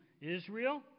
Israel